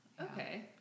Okay